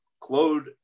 Claude